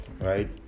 right